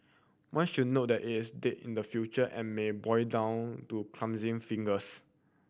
one should note that it is date in the future and may boil down to clumsy fingers